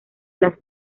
las